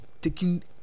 taking